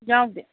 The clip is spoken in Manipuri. ꯌꯥꯎꯗꯦ